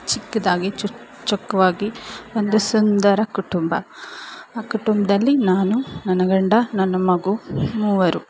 ಚಿಕ್ಕದಾಗಿ ಚೂರು ಚೊಕ್ಕವಾಗಿ ಒಂದು ಸುಂದರ ಕುಟುಂಬ ಆ ಕುಟುಂಬದಲ್ಲಿ ನಾನು ನನ್ನ ಗಂಡ ನನ್ನ ಮಗು ಮೂವರು